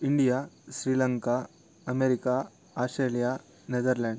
India Sri Lanka America Australia Netherlands